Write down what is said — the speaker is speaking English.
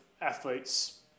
athletes